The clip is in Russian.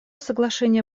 соглашение